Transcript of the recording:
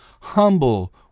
Humble